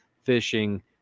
fishing